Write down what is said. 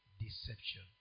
deception